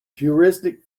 heuristic